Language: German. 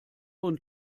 von